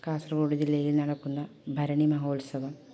കാസർഗോഡ് ജില്ലയിൽ നടക്കുന്ന ഭരണി മഹോത്സവം